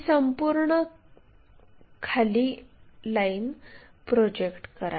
ही संपूर्ण लाईन खाली प्रोजेक्ट करा